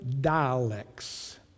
dialects